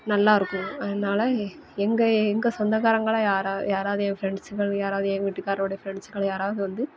நல்லா இருக்கும் அதனால ஏ எங்கள் எங்கள் சொந்தக்காரங்களாம் யாராக யாராவது ஏன் ஃப்ரெண்ட்ஸுங்கள் யாராவது ஏன் வீட்டுக்காரோடைய ஃப்ரெண்ட்ஸுகள் யாராவது வந்து